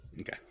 Okay